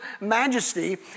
majesty